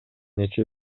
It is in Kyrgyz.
нече